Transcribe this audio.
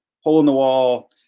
hole-in-the-wall